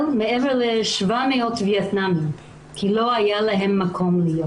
מעבר ל-700 ויאטנמים כי לא היה להם איפה להיות.